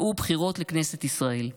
והוא בחירות לכנסת ישראל.